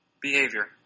behavior